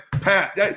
Pat